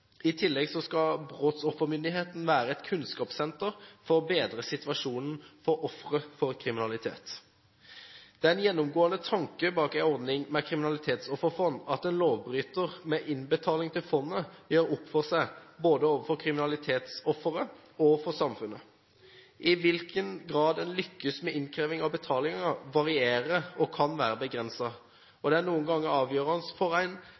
I tillegg skal Brottsoffermyndigheten være et kunnskapssenter for å bedre situasjonen for ofre for kriminalitet. Den gjennomgående tanken bak en ordning med kriminalitetsofferfond er at lovbryter med innbetaling til fondet gjør opp for seg, både overfor kriminalitetsofferet og overfor samfunnet. I hvilken grad en lykkes med innkreving av betalingen, varierer og kan være begrenset. Det er noen ganger avgjørende for om en